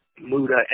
Muda